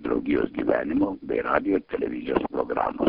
draugijos gyvenimo bei radijo ir televizijos programos